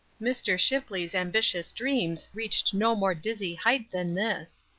mr. shipley's ambitious dreams reached no more dizzy height than this.